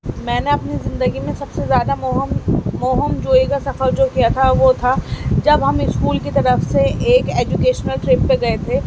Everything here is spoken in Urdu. میں نے اپنی زندگی میں سب سے زیادہ مہم مہم جوئی کا سفر جو کیا تھا وہ تھا جب ہم اسکول کی طرف سے ایک ایجوکیشنل ٹرپ پہ گئے تھے